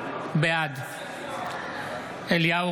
בעד אליהו